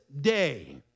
day